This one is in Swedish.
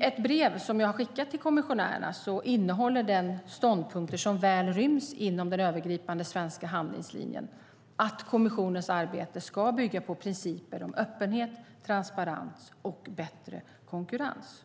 Ett brev som jag har skickat till kommissionärerna innehåller de ståndpunkter som väl ryms inom den övergripande svenska handlingslinjen, att kommissionens arbete ska bygga på principer om öppenhet, transparens och bättre konkurrens.